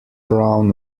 brown